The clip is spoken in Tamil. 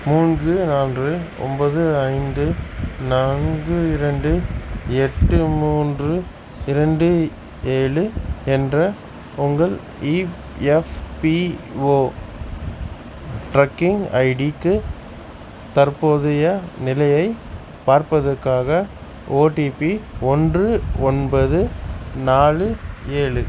மூன்று நான்கு ஒம்பது ஐந்து நான்கு இரண்டு எட்டு மூன்று இரண்டு ஏழு என்ற உங்கள் இஎஃப்பிஓ ட்ரக்கிங் ஐடிக்கு தற்போதைய நிலையைப் பார்ப்பதற்காக ஓடிபி ஒன்று ஒன்பது நாலு ஏழு